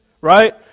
Right